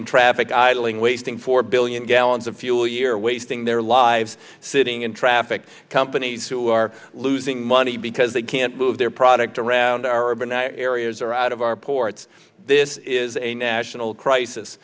in traffic eileen wasting four billion gallons of fuel year wasting their lives sitting in traffic companies who are losing money because they can't move their product around our overnight areas or out of our ports this is a national crisis